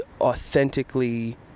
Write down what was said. authentically